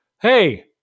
Hey